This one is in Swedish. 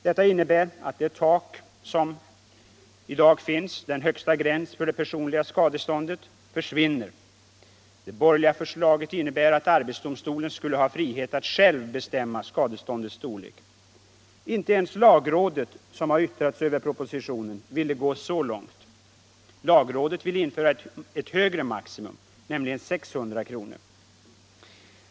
Detta innebär att det tak, den högsta gräns för det personliga skadeståndet, som i dag finns försvinner. Det borgerliga förslaget innebär att arbetsdomstolen skall ha frihet att själv bestämma skadeståndets storlek. Inte ens lagrådet, som har yttrat sig över propositionen, ville gå så långt. Lagrådet ville införa ett högre maximum, nämligen 600 kr.